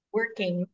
working